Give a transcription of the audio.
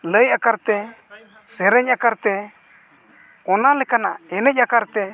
ᱞᱟᱹᱭ ᱟᱠᱟᱨ ᱛᱮ ᱥᱮᱨᱮᱧ ᱟᱠᱟᱨ ᱛᱮ ᱚᱱᱟ ᱞᱮᱠᱟᱱᱟᱜ ᱮᱱᱮᱡ ᱟᱠᱟᱨ ᱛᱮ